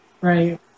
right